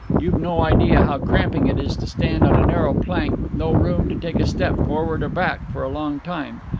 you've no idea how cramping it is to stand on a narrow plank with no room to take a step forward or back, for long time.